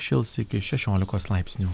šils iki šešiolikos laipsnių